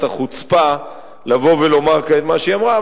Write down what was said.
החוצפה לבוא ולומר כעת את מה שהיא אמרה,